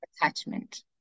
attachment